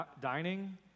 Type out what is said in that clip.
dining